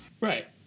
Right